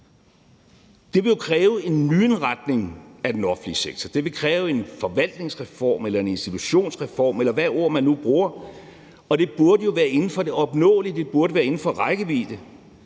Det ville jo kræve en nyindretning af den offentlige sektor; det ville kræve en forvaltningsreform eller institutionsreform, eller hvilket ord man nu bruger, og det burde være indenfor det opnåelige; det burde være inden for rækkevidde.